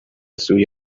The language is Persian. سوی